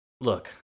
look